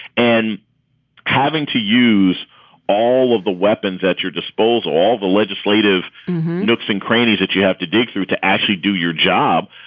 and having to use all of the weapons at your disposal, all the legislative nooks and crannies that you have to dig through to actually do your job.